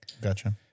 Gotcha